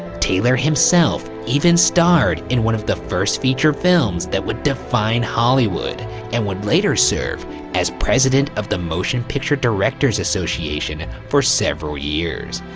taylor himself even starred in one of the first feature films that would define hollywood and would later serve as president of the motion picture directors association for several years.